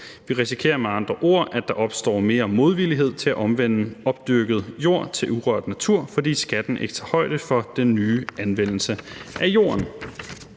Vi risikerer med andre ord, at der opstår mere modvillighed til at omvende opdyrket jord til urørt natur, fordi skatten ikke tager højde for den nye anvendelse af jorden.